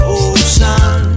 ocean